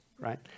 right